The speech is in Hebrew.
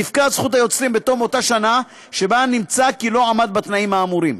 תפקע זכות היוצרים בתום אותה שנה שבה נמצא כי לא עמד בתנאים האמורים.